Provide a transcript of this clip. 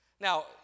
Now